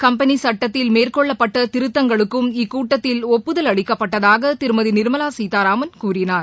company சட்டத்தில் மேற்கொள்ளப்பட்ட திருத்தங்களுக்கும் இக்கூட்டத்தில் ஒப்புதல் அளிக்கப்பட்டதாக திருமதி நிர்மலா சீதாராமன் கூறினார்